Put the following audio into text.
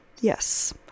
Yes